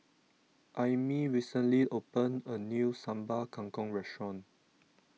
Aimee recently opened a new Sambal Kangkong Restaurant